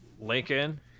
Lincoln